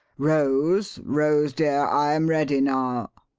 rose, rose dear, i am ready now,